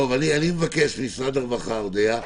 אודיה,